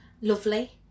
lovely